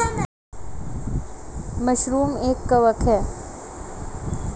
mushroom एक कवक है